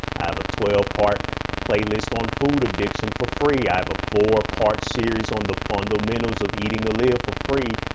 i have a twelve part playlist on food addiction for free. i have a four part series on the fundamentals of eating the live for free.